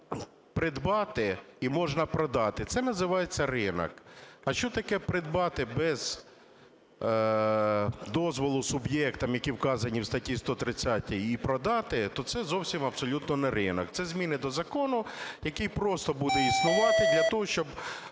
придбати і можна продати, це називається ринок. А що таке придбати без дозволу суб'єктам, які вказані в статті 130-й, і її продати, то це зовсім абсолютно не ринок, це зміни до закону, який просто буде існувати для того, щоб